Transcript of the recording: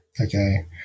Okay